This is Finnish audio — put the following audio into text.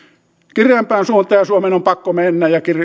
kireämpään suuntaan ja suomen on pakko mennä ja